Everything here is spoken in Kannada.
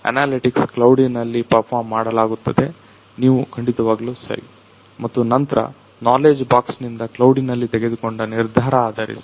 ಅನಲೆಟಿಕ್ಸ್ ಕ್ಲೌಡಿನಲ್ಲಿ ಪರ್ಮಾಮ್ ಮಾಡಲಾಗುತ್ತದೆ ನೀವು ಖಂಡಿತವಾಗ್ಲೂ ಸರಿ ಮತ್ತು ನಂತ್ರ ನಾಲೆಡ್ಜ್ ಬಾಕ್ಸ್ನಿಂದ ಕ್ಲೌಡಿನಲ್ಲಿ ತೆಗೆದುಕೊಂಡ ನಿರ್ಧಾರ ಆಧಾರಿಸಿ